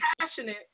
passionate